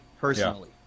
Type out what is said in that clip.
personally